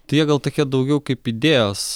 tai jie gal tokie daugiau kaip idėjos